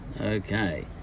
Okay